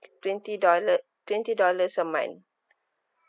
twenty dollar twenty dollars a month